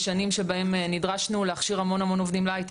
יש שנים שבהם נדרשנו להכשיר המון המון עובדים להייטק,